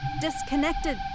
disconnected